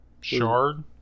shard